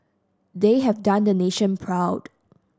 they have done the nation proud